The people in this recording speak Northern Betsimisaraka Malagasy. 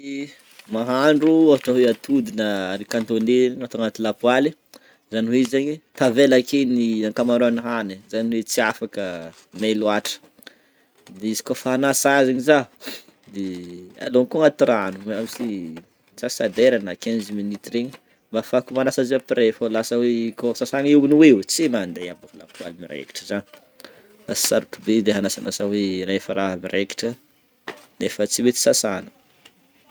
Mahandro ohatra hoe atody na riz cantonnais atao agnaty lapoaly zany hoe zegny tavela akeo ny hakamaroana hanigny izany hoe tsy afaka may loatra de izy kaofa anasa azy igny zah alonako agnaty rano misy antsasa-dera na quinze minutes regny mba afahako manasa azy après fô lasa hoe kô sasana eo no eo tsy mandeha kaofa lapoaly miraikitra zany lasa sarotro be andeha anasanasa hoe rehefa raha miraikitra nefa tsy mety sasana.